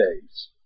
days